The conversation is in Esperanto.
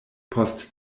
post